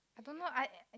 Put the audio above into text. I don't know I ya